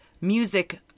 music